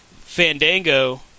Fandango